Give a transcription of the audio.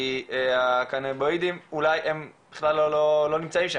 כי הקנבואידים אולי בכלל לא נמצאים שם,